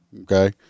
Okay